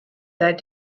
that